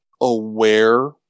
aware